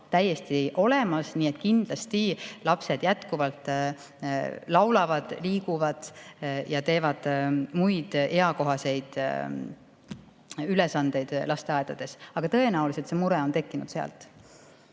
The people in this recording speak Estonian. täiesti olemas, nii et kindlasti lapsed jätkuvalt laulavad, liiguvad ja teevad muid eakohaseid ülesandeid lasteaedades. Aga tõenäoliselt see mure on tekkinud sealt.